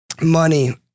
money